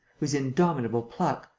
whose indomitable pluck,